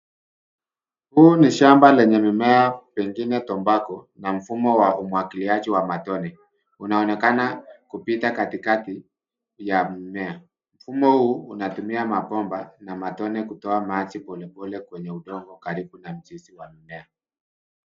Huu ni shamba lenye mimea pengine Tobacco na mfumo wa umwagiliaji wa matone. Unaonekana kupita katikati ya mimea. Mfumo huu unatumia mabomba ya matone kutoa maji polepole kwenye udongo karibu na mzizi wa mmea.